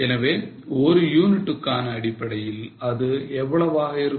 எனவே ஒரு யூனிட்டுக்கான அடிப்படையில் அது எவ்வளவாக இருக்கும்